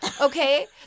okay